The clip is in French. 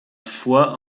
foi